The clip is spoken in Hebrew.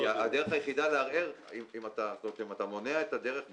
אם אתה מונע את הדרך לערער,